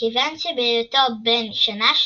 כיוון שבהיותו בן שנה,